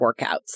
workouts